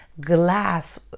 glass